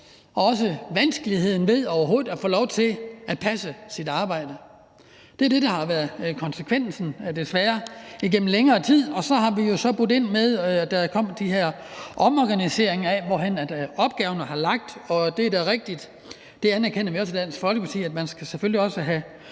og også vanskeligheden ved overhovedet at få lov til at passe sit arbejde. Det er desværre det, der igennem længere tid har været konsekvensen. Vi har jo så budt ind med noget, da der kom de her omorganiseringer, i forhold til hvor opgaverne skulle ligge. Det er da rigtigt, og det anerkender vi også i Dansk Folkeparti, at man selvfølgelig også skal have